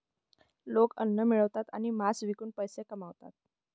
लोक अन्न मिळवतात आणि मांस विकून पैसे कमवतात